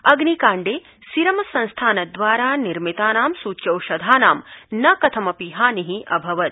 अग्निकाण्डे सिरमसंस्थान दवारा निर्मितानां सूच्यौषधानां न कथमपि हानि अभवत्